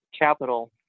capital